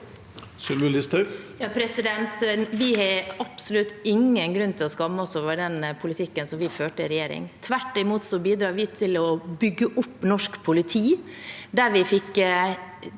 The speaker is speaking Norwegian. Vi har absolutt in- gen grunn til å skamme oss over den politikken som vi førte i regjering. Tvert imot bidro vi til å bygge opp norsk politi. Vi fikk